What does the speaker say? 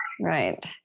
Right